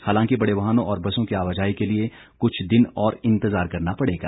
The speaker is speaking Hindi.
हालांकि बड़े वाहनों और बसों की आवाजाही के लिए कुछ दिन और इंतजार करना पड़ेगा